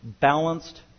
balanced